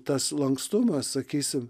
tas lankstumas sakysim